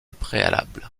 préalable